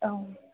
औ